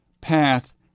path